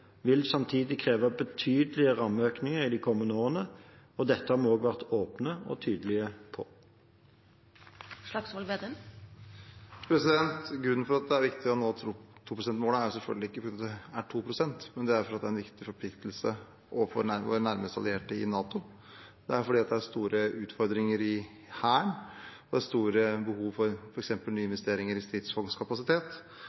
vil samtidig kreve betydelige rammeøkninger i de kommende årene. Dette har vi også vært åpne og tydelige på. At det er viktig å nå 2 pst.-målet, er selvfølgelig ikke fordi det er 2 pst., men fordi det er en viktig forpliktelse overfor våre nærmeste allierte i NATO, det er store utfordringer i Hæren, det er store behov for f.eks. nyinvesteringer i stridsvognskapasitet, vi har et heimevern som blir nedskalert, og vi har en utdanningsreform som oppleves som en sparereform for